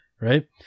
right